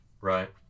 right